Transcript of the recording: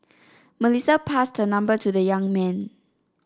Melissa passed her number to the young man